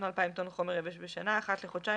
מאלפיים טון חומר יבש בשנה אחת לחודשיים,